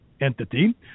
entity